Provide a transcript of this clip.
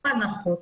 הנחות.